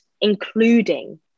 including